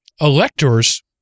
Electors